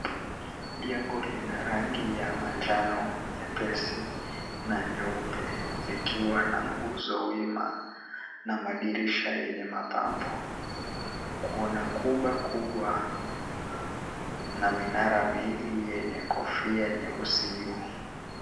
Jengo lina rangi ya manjano nyepesi na nyeupe likiwa na nguzo wima na madirisha yenye mapambo. Kuna kuba kubwa na minara miwili yenye kofia nyeusi juu.